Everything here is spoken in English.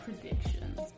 predictions